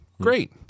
great